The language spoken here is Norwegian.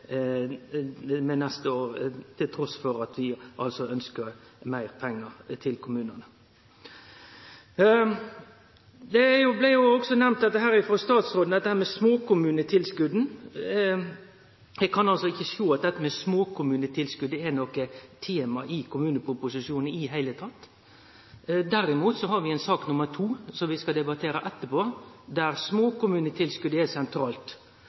neste år, trass i at vi altså ønskjer meir pengar til kommunane. Statsråden nemnde også dette med småkommunetilskot. Eg kan ikkje sjå at småkommunetilskotet er tema i kommuneproposisjonen i det heile. Derimot har vi ei sak, nr. 2, som vi skal debattere etterpå, der småkommunetilskotet er sentralt.